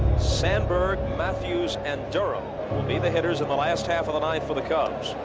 sandberg, matthews, and durham will be the hitters in the last half of the ninth for the cubs.